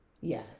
Yes